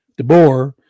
DeBoer